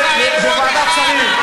בוועדת שרים.